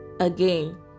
again